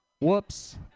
Whoops